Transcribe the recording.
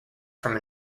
from